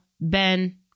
Ben